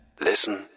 Listen